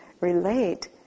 relate